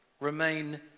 Remain